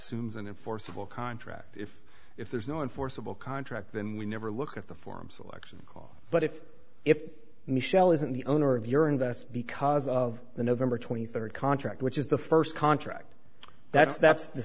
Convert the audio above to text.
an enforceable contract if if there's no enforceable contract then we never look at the form selection but if if michele isn't the owner of your invest because of the november twenty third contract which is the first contract that's that's the